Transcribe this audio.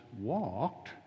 walked